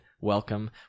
welcome